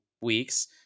weeks